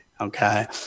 okay